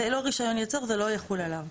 זה לא רישיון ייצור, זה לא יחול עליו.